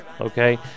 okay